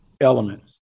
elements